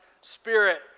spirit